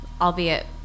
albeit